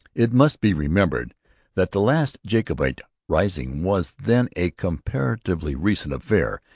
it must be remembered that the last jacobite rising was then a comparatively recent affair,